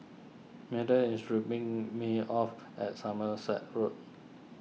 Milton is dropping me off at Somerset Road